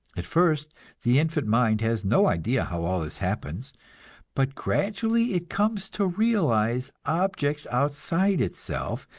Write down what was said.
at first the infant mind has no idea how all this happens but gradually it comes to realize objects outside itself,